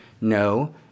No